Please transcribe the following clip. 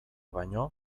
baino